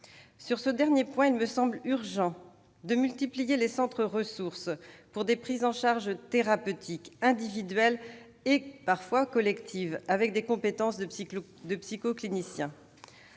Sur ce dernier point, il me semble urgent de multiplier les centres ressources permettant des prises en charge thérapeutiques, individuelles et collectives, ayant notamment recours à des compétences de psychocliniciens.